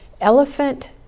Elephant